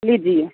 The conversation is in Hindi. लीजिए